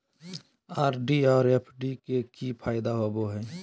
RD और FD के की फायदा होबो हइ?